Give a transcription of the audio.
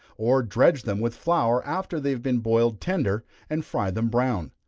or dredge them with flour after they have been boiled tender, and fry them brown.